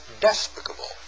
despicable